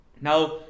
Now